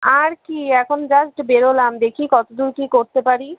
আর কি এখন জাস্ট বেরোলাম দেখি কতদূর কী করতে পারি